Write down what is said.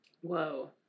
Whoa